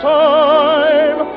time